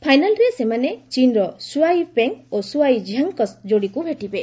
ଫାଇନାଲ୍ରେ ସେମାନେ ଚୀନ୍ର ସ୍ୱ ଆଇ ପେଙ୍ଗ୍ ଓ ସୁଆଇ ଝାଙ୍ଗ୍ଙ୍କ ଯୋଡ଼ିକୁ ଭେଟିବେ